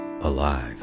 alive